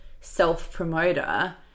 self-promoter